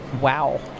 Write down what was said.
wow